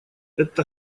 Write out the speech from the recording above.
это